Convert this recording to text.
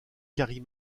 carrie